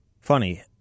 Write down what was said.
Funny